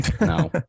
No